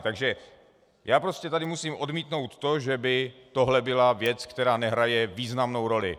Takže já tady prostě musím odmítnout to, že by tohle byla věc, která nehraje významnou roli.